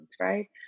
right